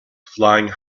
flying